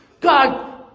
God